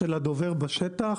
של הדובר בשטח.